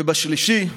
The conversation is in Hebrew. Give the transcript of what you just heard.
ובשלישי,